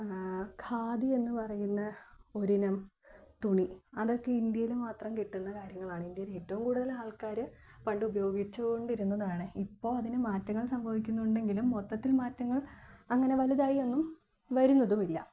ഖാദി എന്നു പറയുന്ന ഒരിനം തുണി അതൊക്കെ ഇന്ത്യയിൽ മാത്രം കിട്ടുന്ന കാര്യങ്ങളാണ് ഏറ്റവും കൂടുതൽ ആൾക്കാർ പണ്ട് ഉപയോഗിച്ചു കൊണ്ടിരുന്നതാണ് ഇപ്പോൾ അതിനു മാറ്റങ്ങൾ സംഭവിക്കുന്നുണ്ടെങ്കിലും മൊത്തത്തിൽ മാറ്റങ്ങൾ അങ്ങനെ വലുതായി ഒന്നും വരുന്നതും ഇല്ല